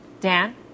dan